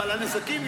אבל הנזקים,